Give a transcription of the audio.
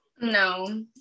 No